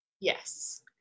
Yes